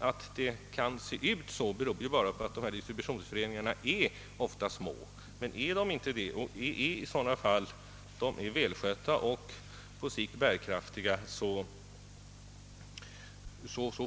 Att det kan se ut så beror bara på att distributionsföreningarna ofta är små, men är de välskötta och på sikt bärkraftiga så